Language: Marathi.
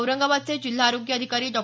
औरंगाबादचे जिल्हा आरोग्य अधिकारी डॉ